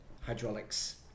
hydraulics